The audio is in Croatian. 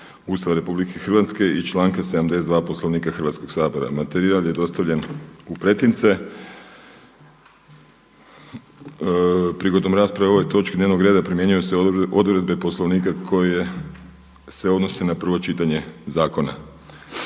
Ustava Republike Hrvatske i članka 72. Poslovnika Hrvatskoga sabora. Materijal je dostavljen u pretince. Prigodom rasprave o ovoj točci dnevnog reda primjenjuju se odredbe Poslovnika koje se odnose na prvo čitanje zakona.